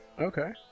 Okay